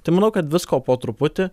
tai manau kad visko po truputį